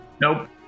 Nope